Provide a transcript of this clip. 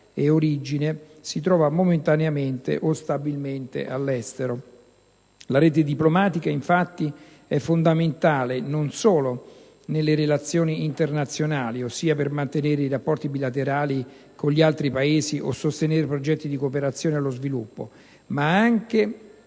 e origine, si trova momentaneamente o stabilmente all'estero. La rete diplomatica infatti è fondamentale non solo nelle relazioni internazionali, ossia per mantenere i rapporti bilaterali con gli altri Paesi o sostenere progetti di cooperazione allo sviluppo, ma ha anche